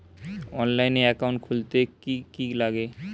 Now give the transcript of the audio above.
অনলাইনে একাউন্ট খুলতে কি কি লাগবে?